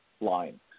line